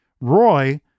Roy